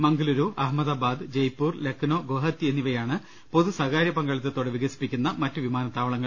Mangaluru Ahmedabad Jaipur Lucknow Guwahati എന്നിവയാണ് പൊതു സ്ഥകാര്യ പങ്കാളിത്തത്തോടെ വികസിപ്പിക്കുന്ന മറ്റ് വിമാനത്താവളങ്ങൾ